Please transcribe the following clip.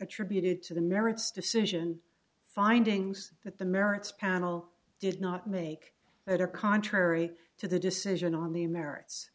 attributed to the merits decision findings that the merits panel did not make that are contrary to the decision on the merits